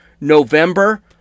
November